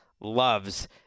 loves